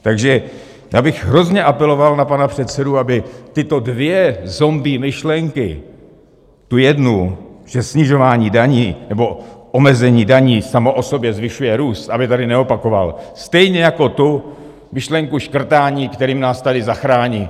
Takže já bych hrozně apeloval na pana předsedu, aby tyto dvě zombie myšlenky, tu jednu, že snižování daní nebo omezení daní samo o sobě zvyšuje růst, aby tady neopakoval, stejně jako tu myšlenku škrtání, kterým nás tady zachrání.